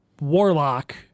warlock